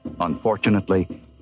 Unfortunately